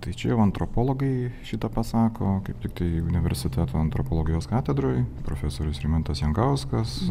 tai čia jau antropologai šį tą pasako kaip tiktai universiteto antropologijos katedroj profesorius rimantas jankauskas